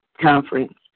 Conference